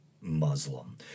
Muslim